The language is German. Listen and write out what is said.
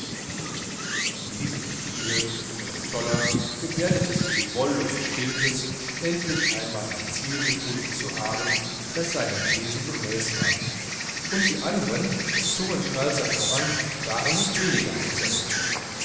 in diesem stile und toller noch geberdete sich die wollust stilpes endlich einmal ein ziel gefunden zu haben das seinem wesen gemäß war und die andern der zungenschnalzer voran waren nicht weniger außer sich